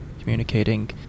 communicating